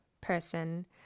person